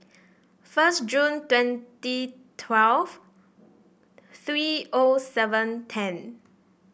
first Jun twenty twelve three O seven ten